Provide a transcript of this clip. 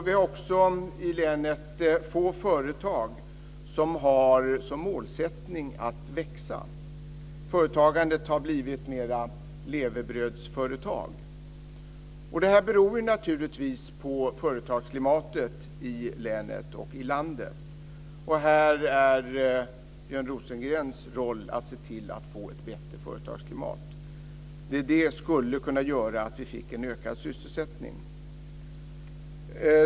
Vi har i länet få företag som har som målsättning att växa. Företagandet har blivit mera levebrödsföretag. Det beror naturligtvis på företagsklimatet i länet och i landet. Här är Björn Rosengrens roll att se till att få ett bättre företagsklimat. Det skulle kunna göra att vi fick en ökad sysselsättning.